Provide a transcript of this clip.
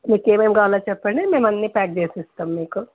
మీకేమేం కావాలో చెప్పండి మేమన్నీ ప్యాక్ చేసిస్తాం మీకు